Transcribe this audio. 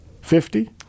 Fifty